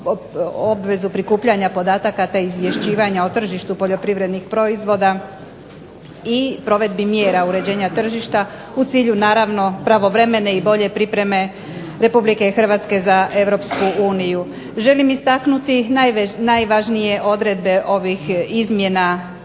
obvezu prikupljanja podataka te izvješćivanja o tržištu poljoprivrednih proizvoda i provedbi mjera uređenja tržišta u cilju naravno pravovremene i bolje pripreme RH za EU. Želim istaknuti najvažnije odredbe ovih izmjena Zakona